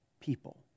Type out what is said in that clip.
people